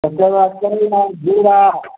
ओकर बाद सजमनि घ्युरा